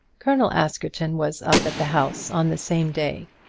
colonel askerton was up at the house on the same day,